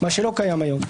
מה שלא קיים היום.